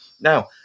now